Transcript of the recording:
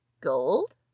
gold